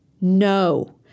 no